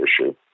issue